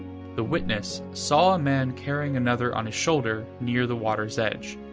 the witness saw a man carrying another on his shoulder, near the water's edge.